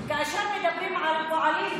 כאשר מדברים על פועלים,